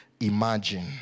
Imagine